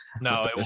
No